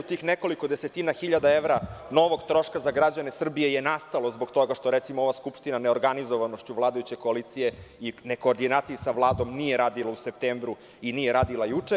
Tih nekoliko desetina hiljada evra novog troška za građane Srbije nastalo je zbog toga što, recimo, ova Skupština, neorganizovanošću vladajuće koalicije i nekoordinacije sa Vladom, nije radila u septembru i nije radila juče.